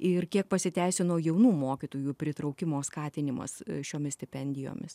ir kiek pasiteisino jaunų mokytojų pritraukimo skatinimas šiomis stipendijomis